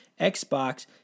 Xbox